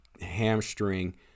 hamstring